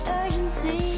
urgency